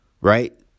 right